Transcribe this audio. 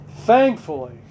Thankfully